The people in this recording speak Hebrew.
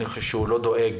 שלא דואג